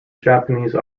japanese